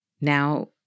Now